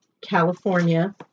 California